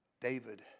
David